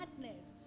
madness